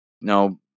no